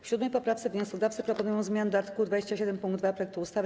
W 7. poprawce wnioskodawcy proponują zmiany do art. 27 pkt 2 projektu ustawy.